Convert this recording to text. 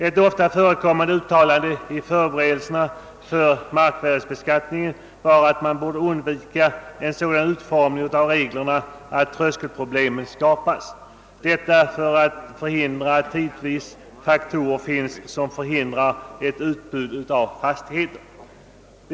Ett ofta förekommande uttalande i förberedelserna för denna markvärdebeskattning var att man borde undvika en sådan utformning av reglerna att tröskelproblem skapas, detta för att förhindra att faktorer tidvis finns som förhindrar ett utbud av fastigheter.